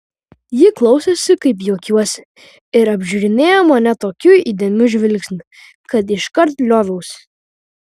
ji klausėsi kaip juokiuosi ir apžiūrinėjo mane tokiu įdėmiu žvilgsniu kad iškart lioviausi